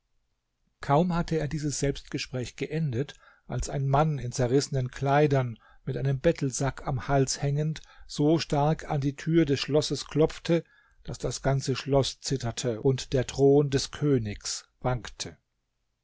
kaum hatte er dieses selbstgespräch geendet als ein mann in zerrissenen kleidern mit einem bettelsack am hals hängend so stark an die tür des schlosses klopfte daß das ganze schloß zitterte und der thron des königs wankte